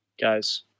guys